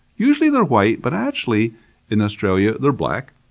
usually they're white but actually in australia they're black,